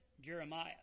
Jeremiah